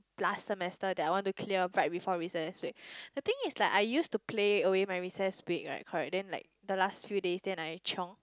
last semester that I want to clear back before recess next week the thing is that I used to play away my recess break right correct then like the last few days then I chiong